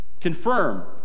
Confirm